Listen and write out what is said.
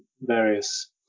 various